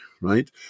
right